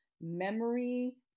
memory